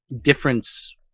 difference